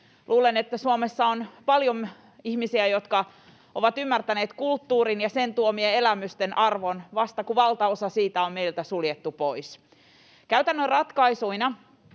Luulen, että Suomessa on paljon ihmisiä, jotka ovat ymmärtäneet kulttuurin ja sen tuomien elämysten arvon vasta, kun valtaosa siitä on meiltä suljettu pois. Käytännön ratkaisuina